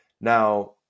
Now